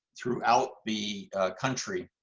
throughout the country,